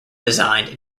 designed